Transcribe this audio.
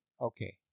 Okay